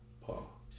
Paul